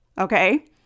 okay